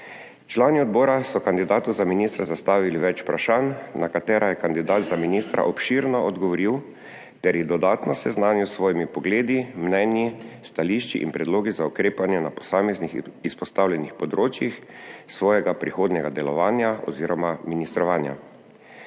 Člani odbora so kandidatu za ministra zastavili več vprašanj, na katera je kandidat za ministra obširno odgovoril ter jih dodatno seznanil s svojimi pogledi, mnenji, stališči in predlogi za ukrepanje na posameznih izpostavljenih področjih svojega prihodnjega delovanja, oz. ministrovanja.